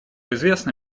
известна